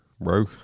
bro